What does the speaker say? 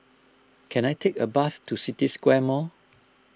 can I take a bus to City Square Mall